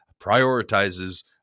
prioritizes